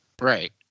Right